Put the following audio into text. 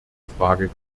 frage